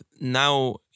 now